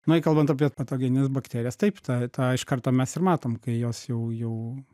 na jei kalbant apie patogenines bakterijas taip tą tą iš karto mes ir matom kai jos jau jau